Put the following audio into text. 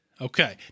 Okay